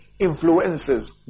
influences